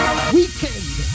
Weekend